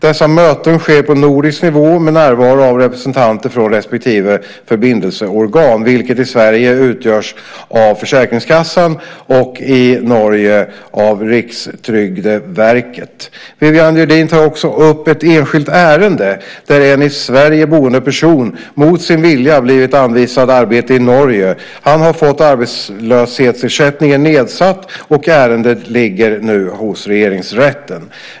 Dessa möten sker på nordisk nivå med närvaro av representanter från respektive förbindelseorgan, vilket i Sverige utgörs av Försäkringskassan och i Norge av Rikstrygdeverket. Viviann Gerdin tar också upp ett enskilt ärende där en i Sverige boende person mot sin vilja blivit anvisad arbete i Norge. Han har fått arbetslöshetsersättningen nedsatt och ärendet ligger nu hos Regeringsrätten.